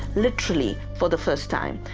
literally, for the first time,